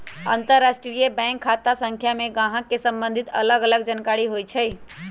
अंतरराष्ट्रीय बैंक खता संख्या में गाहक से सम्बंधित अलग अलग जानकारि होइ छइ